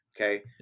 okay